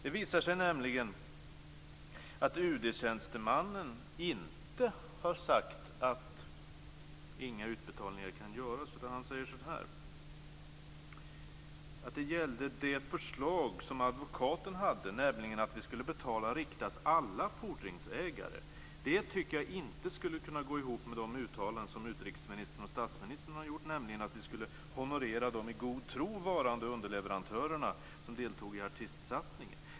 Det visar sig nämligen att UD-tjänstemannen inte har sagt att inga utbetalningar kan göras. Han säger så här när det gäller det förslag som advokaten hade: "- nämligen att vi skulle betala Riktas alla fordringsägare. Det tycker jag inte skulle kunna gå ihop med de uttalanden som utrikesministern och statsministern har gjort, nämligen att vi skulle honorera de i god tro varande underleverantörerna som deltog i artistsatsningen.